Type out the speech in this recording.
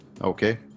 Okay